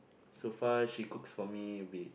so far she cooks for me a bit